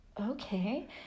okay